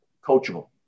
Coachable